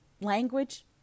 language